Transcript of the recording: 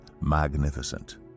magnificent